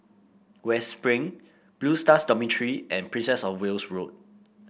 West Spring Blue Stars Dormitory and Princess Of Wales Road